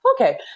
okay